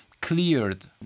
cleared